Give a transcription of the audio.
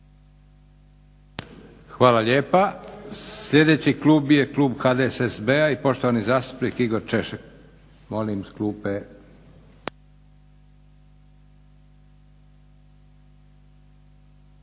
Hvala lijepa. Sljedeći klub je klub HDSSB-a i poštovani zastupnik Igor Češek. **Češek,